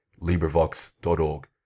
LibriVox.org